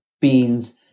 beans